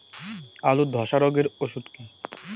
আলুর ধসা রোগের ওষুধ কি?